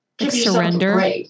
surrender